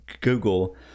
Google